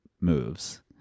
moves